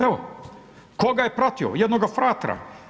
Evo, tko ga je pratio jednoga fratra?